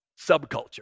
subculture